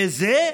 בזה?